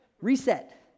Reset